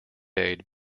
aid